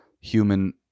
human